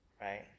right